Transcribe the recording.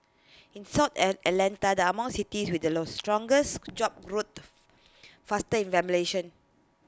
in south Atlanta are among cities with the low strongest job growth faster